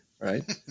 right